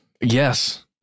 Yes